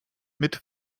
mit